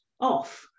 off